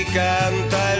canta